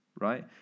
right